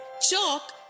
Chalk